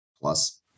plus